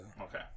Okay